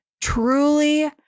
truly